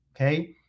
okay